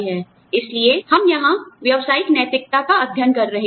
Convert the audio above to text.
इसलिए हम यहां व्यावसायिक नैतिकता का अध्ययन कर रहे हैं